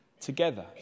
together